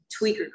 tweaker